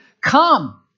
come